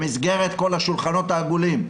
במסגרת כל השולחנות העגולים,